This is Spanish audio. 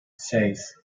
seis